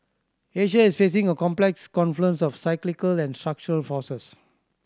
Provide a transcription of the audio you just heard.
Asia is facing a complex confluence of cyclical and structural forces